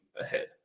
ahead